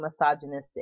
misogynistic